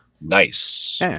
Nice